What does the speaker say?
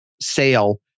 sale